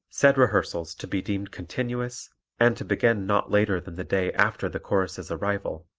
said rehearsals to be deemed continuous and to begin not later than the day after the chorus's arrival.